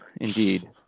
indeed